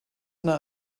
under